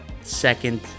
second